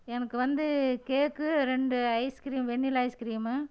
எனக்கு வந்து கேக்கு ரெண்டு ஐஸ்கிரீம் வெண்ணிலா ஐஸ்கிரீமு